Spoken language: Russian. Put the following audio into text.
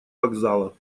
вокзала